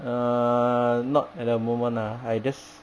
err not at the moment lah I just